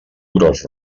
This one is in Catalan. gros